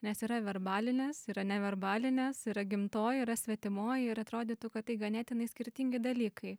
nes yra verbalinės yra neverbalinės yra gimtoji yra svetimoji ir atrodytų kad tai ganėtinai skirtingi dalykai